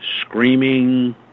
screaming